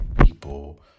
people